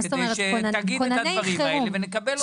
כדי שתגיד את הדברים האלה ונקבל אותם.